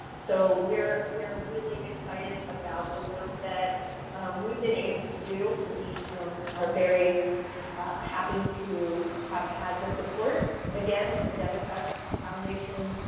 so we're we're really excited about the work we've been able to do. we are very happy to have had the support again of the dentaquest foundation,